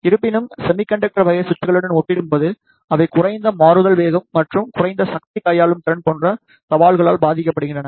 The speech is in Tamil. இருப்பினும் செமிகண்டக்டர் வகை சுவிட்சுகளுடன் ஒப்பிடும்போது அவை குறைந்த மாறுதல் வேகம் மற்றும் குறைந்த சக்தி கையாளும் திறன் போன்ற சவால்களால் பாதிக்கப்படுகின்றன